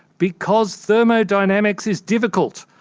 because thermodynamics is difficult.